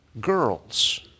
girls